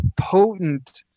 potent